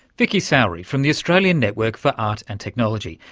vicki sowry from the australian network for art and technology,